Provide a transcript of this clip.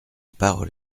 parole